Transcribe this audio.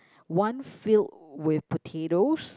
one filled with potatoes